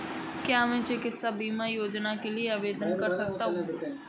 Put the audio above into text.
क्या मैं चिकित्सा बीमा योजना के लिए आवेदन कर सकता हूँ?